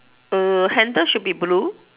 err handle should be blue